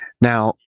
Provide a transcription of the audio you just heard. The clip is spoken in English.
Now